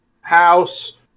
house